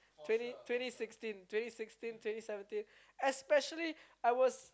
twenty twenty sixteen twenty sixteen twenty seventeen especially I was